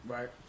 Right